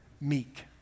meek